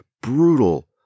brutal